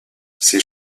ces